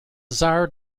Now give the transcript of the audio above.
tsar